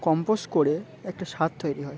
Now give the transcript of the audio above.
compost করে একটা স্বার তৈরি হয়